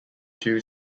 two